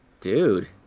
Dude